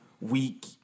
week